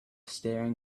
staring